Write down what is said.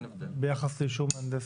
ביחס לאישור מהנדס.